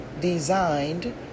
designed